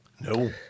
no